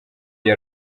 iyo